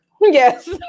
yes